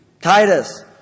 Titus